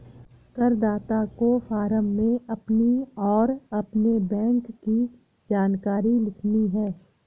करदाता को फॉर्म में अपनी और अपने बैंक की जानकारी लिखनी है